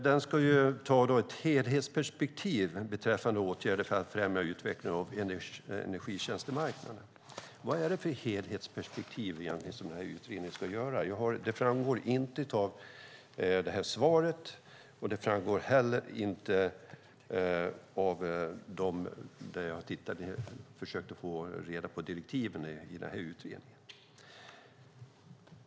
Den ska ta ett helhetsperspektiv beträffande åtgärder för att främja utvecklingen av energitjänstemarknaden. Vad är det egentligen för helhetsperspektiv denna utredning ska ta? Det framgår inte av svaret, och det har inte heller framgått när jag har försökt att ta reda på direktiven till utredningen.